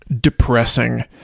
Depressing